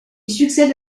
succède